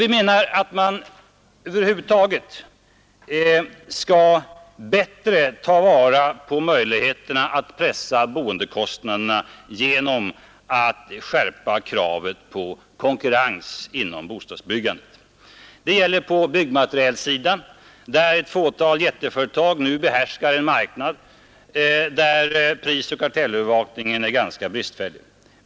Vi menar att man över huvud taget skall bättre ta vara på möjligheterna att pressa boendekostnaderna genom att skärpa kravet på konkurrens inom bostadsbyggandet. Det gäller på byggmaterialssidan, där ett fåtal jätteföretag nu behärskar en marknad där prisoch kartellövervakningen är ganska bristfällig.